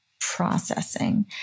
processing